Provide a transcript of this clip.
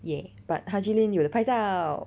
!yay! but Haji lane 有拍照